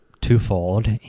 twofold